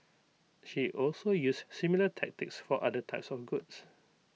she also used similar tactics for other types of goods